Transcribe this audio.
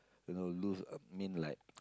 you know lose a mean like